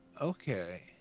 okay